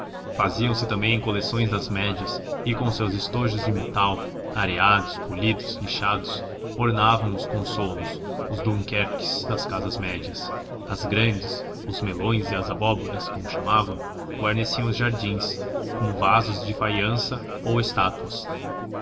faziam-se também coleções das médias e com os seus estojos de metal areados polidos lixados ornavam os consolos os dunkerques das casas médias as grandes os melões e as abóboras como chamavam guarneciam os jardins como vasos de faiança ou estátuas